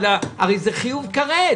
הרי זה חיוב קרב.